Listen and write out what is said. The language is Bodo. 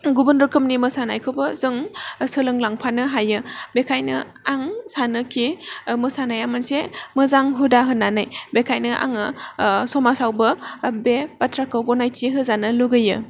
गुबुन रोखोमनि मोसानायखौबो जों सोलोंलांफानो हायो बेखायनो आं सानोखि मोसानाया मोनसे मोजां हुदा होन्नानै बेखायनो आङो समाजावबो बे बाथ्राखौ गनायथि होजानो लुबैयो